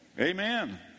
Amen